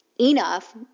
enough